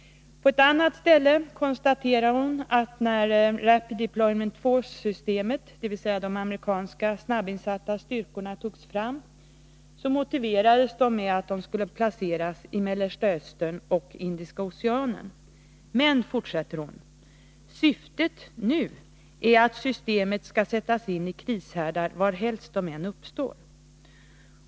På ett annat ställe konstaterar Maj Britt Theorin att motiveringen för att Rapid Deployment Force-styrkorna — dvs. de amerikanska snabbinsatta styrkorna — togs fram, var att de skulle placeras i Mellersta Östern och Indiska Oceanen. Men så fortsätter hon med att säga, att syftet nu är att systemet skall sättas in i krishärdar varhelst de uppstår.